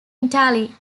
italy